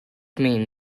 mean